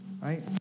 right